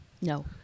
No